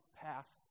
past